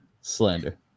slander